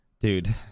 Dude